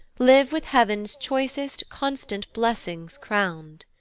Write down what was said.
live with heav'ns choicest constant blessings crown'd!